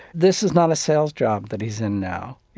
this is not a sales job that he's in now.